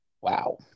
Wow